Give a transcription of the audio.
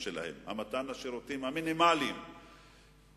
כי כדי לנהל ממשלה ומדיניות ומדינה צריך לעשות את זה,